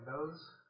windows